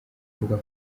imbuga